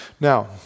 Now